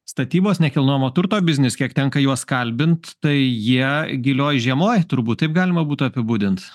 statybos nekilnojamo turto biznis kiek tenka juos kalbint tai jie gilioj žiemoj turbūt taip galima būtų apibūdint